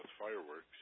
fireworks